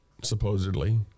supposedly